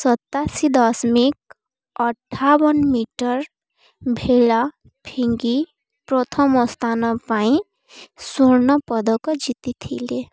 ସତାଅଶୀ ଦଶମିକ ଅଠାବନ ମିଟର ଭେଳା ଫିଙ୍ଗି ପ୍ରଥମ ସ୍ଥାନ ପାଇଁ ସ୍ଵର୍ଣ୍ଣପଦକ ଜିତିଥିଲେ